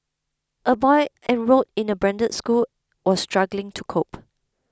a boy enrolled in a branded school was struggling to cope